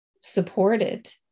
supported